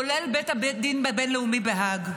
כולל בית הדין הבין-לאומי בהאג.